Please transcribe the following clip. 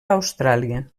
austràlia